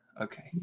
Okay